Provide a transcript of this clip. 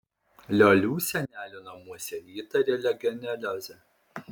liolių senelių namuose įtarė legioneliozę